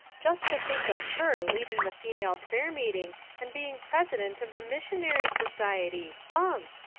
just to think of her leading the female prayer-meeting and being president of the missionary society, humph!